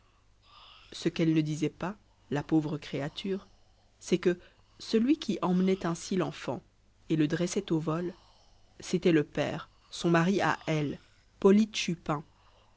ce qu'elle ne disait pas la pauvre créature c'est que celui qui emmenait ainsi l'enfant et le dressait au vol c'était le père son mari à elle polyte chupin